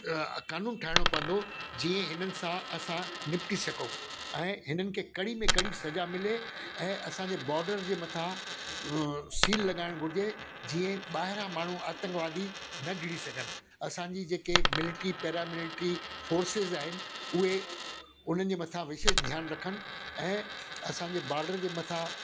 कानून ठाइणो पवंदो जीअं हिननि सां असां निपटी सघूं ऐं हिननि खे कड़ी में कड़ी सज़ा मिले ऐं असांजे बॉडर जे मथा सील लॻाइणु घुरिजे जीअं ॿाहिरा माण्हू आतंकवादी न घिरी सघनि असांजी जेके मिलिटरी पहिरियों मिलिटरी फोर्सिस आहिनि उहे उन्हनि जे मथा विशेष ध्यानु रखनि ऐं असांजे बॉडर जे मथां